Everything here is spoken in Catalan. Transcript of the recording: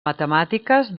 matemàtiques